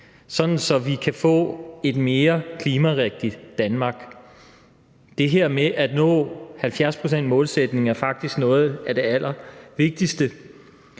så vi kan få et mere klimarigtigt Danmark. Det her med at nå 70-procentsmålsætningen er faktisk noget af det allervigtigste.